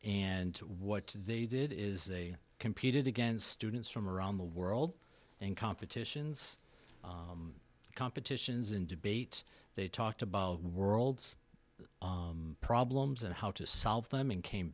and what they did is they competed against students from around the world in competitions competitions and debates they talked about world's problems and how to solve them and came